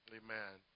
amen